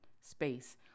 space